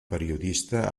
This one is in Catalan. periodista